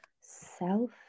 Self